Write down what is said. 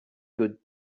good